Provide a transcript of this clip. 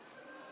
טביעת